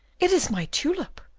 it is my tulip,